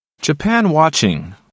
Japan-watching